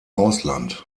ausland